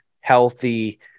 healthy